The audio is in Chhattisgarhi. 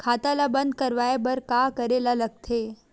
खाता ला बंद करवाय बार का करे ला लगथे?